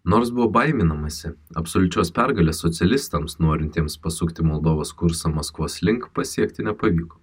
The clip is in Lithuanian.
nors buvo baiminamasi absoliučios pergalės socialistams norintiems pasukti moldovos kursą maskvos link pasiekti nepavyko